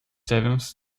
seventh